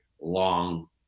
long